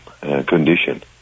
condition